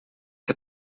que